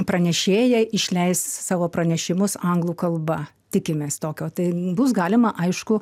pranešėjai išleis savo pranešimus anglų kalba tikimės tokio tai bus galima aišku